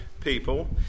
people